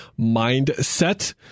mindset